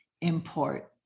import